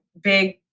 big